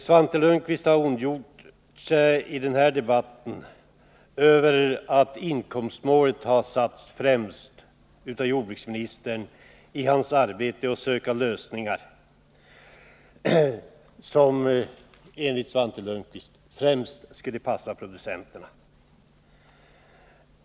Svante Lundkvist har i denna debatt ondgjort sig över att jordbruksministern har satt inkomstmålet främst i sitt arbete på att söka lösningar, lösningar som enligt Svante Lundkvist framför allt borde passa producenterna.